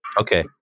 Okay